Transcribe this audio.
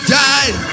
died